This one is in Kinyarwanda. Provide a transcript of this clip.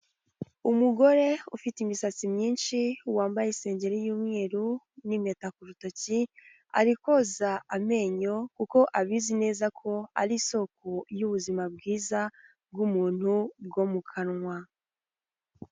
Umugore ufite imisatsi myinshi, wambaye isengeri y'umweru n'impeta ku rutoki, ari koza amenyo kuko abizi neza ko ari isoko y'ubuzima bwiza bw'umuntu bwo mu kanwa.